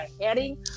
heading